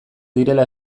direla